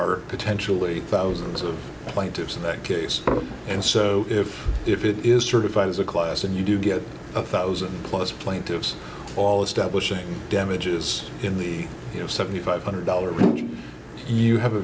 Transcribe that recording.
are potentially thousands of plaintiffs in that case and so if if it is certified as a class and you do get a thousand plus plaintiffs all establishing damages in the you know seventy five hundred dollars you have a